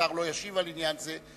השר לא ישיב על עניין זה,